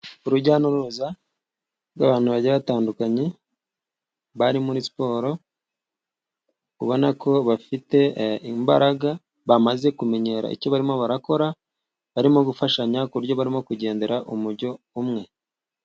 Urujya n'uruza rw'abantu bagiye batandukanye, bari muri siporo, ubona ko bafite imbaraga, bamaze kumenyera icyo barimo barakora, barimo gufashanya ku buryo barimo kugendera umujyo umwe.